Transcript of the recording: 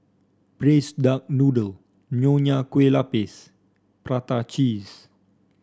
Braised Duck Noodle Nonya Kueh Lapis Prata Cheese